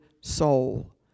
soul